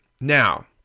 Now